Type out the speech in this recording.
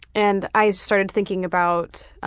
and i started thinking about